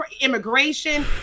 Immigration